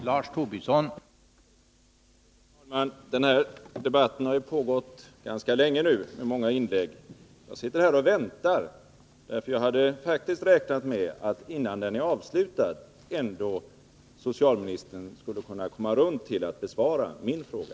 Herr talman! Den här debatten har nu pågått ganska länge, och det har gjorts många inlägg. Jag sitter här och väntar. Jag hade faktiskt räknat med att socialministern ändå innan debatten är avslutad skulle kunna komma runt till att besvara min fråga.